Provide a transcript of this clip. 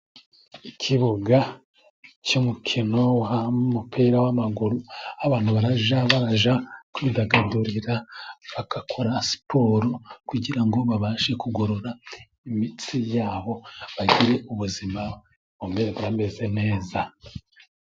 Ikibuga cy'umukino, umupira w'amaguru, aho abantu barajya bajya kwidagadurira, bagakora siporo, kugira ngo babashe kugorora imitsi yabo, bagire ubuzima bumeze neza.